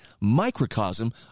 microcosm